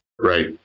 Right